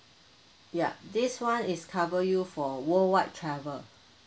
yup this [one] is cover you for worldwide travel